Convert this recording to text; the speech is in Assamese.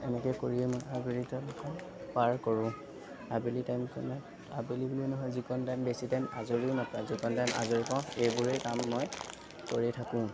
এনেকৈয়ে কৰিয়ে মই আবেলি টাইমকণ পাৰ কৰোঁ আবেলি টাইমকণত আবেলি বুলিয়ে নহয় যিকণ টাইম বেছি টাইম আজৰিও নাপাওঁ যিকণ টাইম আজৰি পাওঁ সেইবোৰেই কাম মই কৰি থাকোঁ